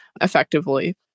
effectively